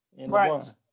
Right